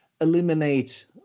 Eliminate